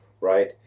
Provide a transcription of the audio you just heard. right